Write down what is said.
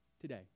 today